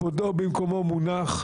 כבודו במקומו מונח,